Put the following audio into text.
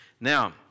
Now